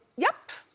yup,